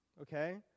okay